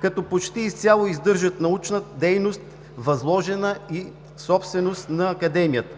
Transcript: като почти изцяло издържат научната дейност, възложена и собственост на Академията.